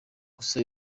gusa